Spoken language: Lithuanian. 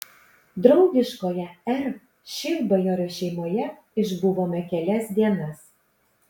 draugiškoje r šilbajorio šeimoje išbuvome kelias dienas